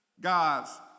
God's